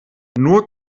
nur